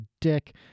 dick